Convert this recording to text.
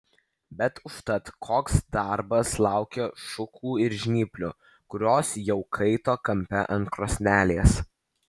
bet užtat koks darbas laukė šukų ir žnyplių kurios jau kaito kampe ant krosnelės